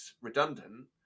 redundant